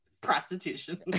prostitution